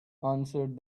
answered